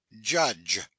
judge